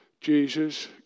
Jesus